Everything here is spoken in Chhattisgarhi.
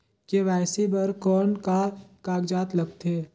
के.वाई.सी बर कौन का कागजात लगथे?